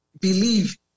believe